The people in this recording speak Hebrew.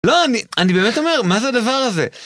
לא, אני באמת אומר, מה זה הדבר הזה?